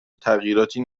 تغییراتی